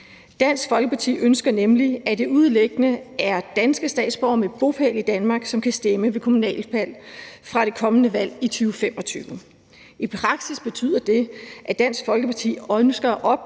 Dansk Folkeparti ønsker nemlig, at det udelukkende er danske statsborgere med bopæl i Danmark, der kan stemme ved kommunalvalg fra det kommende valg i 2025. Det betyder i praksis, at Dansk Folkeparti ønsker at